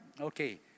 Okay